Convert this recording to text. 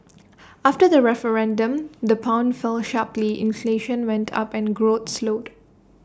after the referendum the pound fell sharply inflation went up and growth slowed